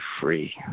free